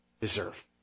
deserve